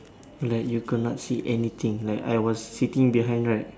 like you cannot see anything like I was sitting behind right